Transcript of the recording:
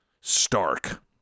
stark